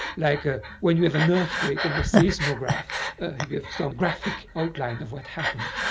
like ah when you have an earthquake and the seismograph gives some graphic outline of what happened.